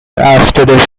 asterisk